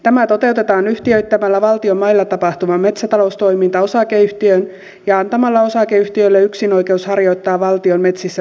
tämä toteutetaan yhtiöittämällä valtion mailla tapahtuva metsätaloustoiminta osakeyhtiöön ja antamalla osakeyhtiölle yksinoikeus harjoittaa valtion metsissä metsätaloutta